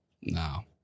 No